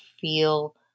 feel